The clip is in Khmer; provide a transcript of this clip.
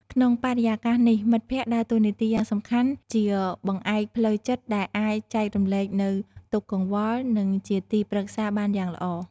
ក្នុងបរិយាកាសនេះ មិត្តភក្តិដើរតួនាទីយ៉ាងសំខាន់ជាបង្អែកផ្លូវចិត្តដែលអាចចែករំលែកនូវទុកកង្វល នឹងជាទីព្រឹក្សាបានយ៉ាងល្អ ។